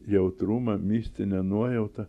jautrumą mistinę nuojautą